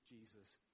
Jesus